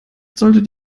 solltet